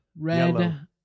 Red